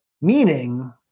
meaning